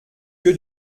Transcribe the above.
que